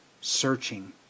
searching